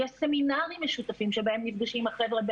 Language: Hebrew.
יש סמינרים משותפים שבהם נפגשים החבר'ה,